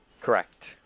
Correct